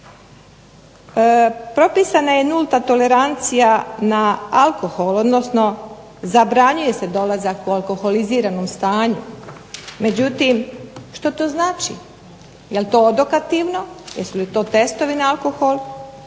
Propisana je nulta tolerancija na alkohol, odnosno zabranjuje se dolazak u alkoholiziranom stanju. Međutim, što to znači? Jel to odokativno, jesu li to testovi na alkohol,